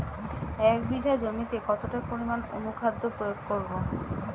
এক বিঘা জমিতে কতটা পরিমাণ অনুখাদ্য প্রয়োগ করব?